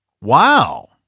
Wow